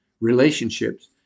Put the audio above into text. relationships